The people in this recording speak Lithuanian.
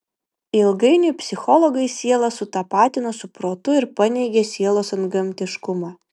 ilgainiui psichologai sielą sutapatino su protu ir paneigė sielos antgamtiškumą